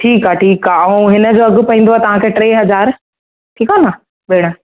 ठीकु आहे ठीकु आहे ऐं हिन जो अघु पईंदुव तव्हां खे टे हज़ार ठीकु आहे न भेण